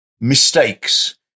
mistakes